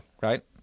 Right